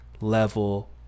level